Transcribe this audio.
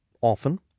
often